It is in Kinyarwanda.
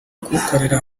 kuwukorera